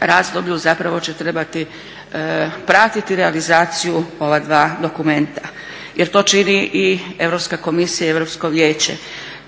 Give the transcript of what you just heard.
razdoblju zapravo će trebati pratiti realizaciju ova dva dokumenta jer to čini i Europska komisija i Europsko vijeće.